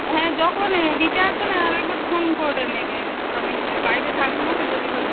হ্যাঁ যখন দিতে আসবেন আরেকবার ফোন করে নেবেন আমি বাড়িতে থাকি না তো যদি ধরো